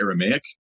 Aramaic